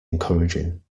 encouraging